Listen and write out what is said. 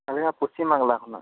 ᱟᱞᱮᱭᱟᱜ ᱯᱚᱥᱪᱤᱢᱵᱟᱝᱞᱟ ᱠᱷᱚᱱᱟᱜ